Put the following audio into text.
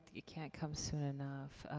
it can't come soon enough.